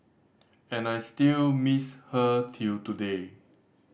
and I still miss her till today